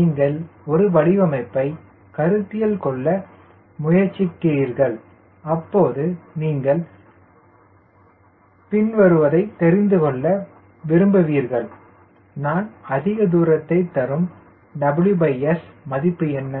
நீங்கள் ஒரு வடிவமைப்பைக் கருத்தில் கொள்ள முயற்சிக்கிறீர்கள் அப்போது நீங்கள் பின்வருவதை தெரிந்து கொள்ள விரும்புவீர்கள் நான் அதிக தூரத்தை தரும் WS மதிப்பு என்ன